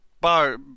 bar